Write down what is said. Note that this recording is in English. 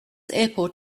airport